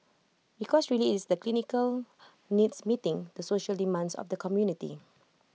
because really IT is the clinical needs meeting the social demands of the community